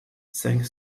cinq